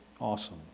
awesome